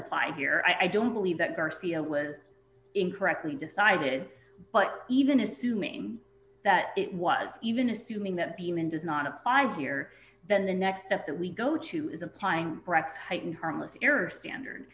apply here i don't believe that garcia was incorrectly decided but even assuming that it was even assuming that the man does not apply here then the next step that we go to is applying brecht hiten harmless error standard